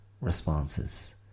responses